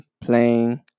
playing